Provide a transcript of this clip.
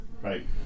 right